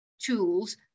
tools